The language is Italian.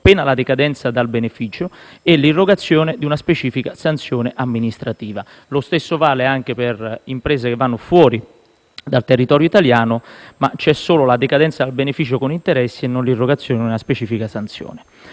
pena la decadenza dal beneficio e l'irrogazione di una specifica sanzione amministrativa. Lo stesso vale per imprese che vanno fuori dal territorio italiano, ma in quel caso c'è solo la decadenza dal beneficio, con interessi, e non l'irrogazione di una specifica sanzione.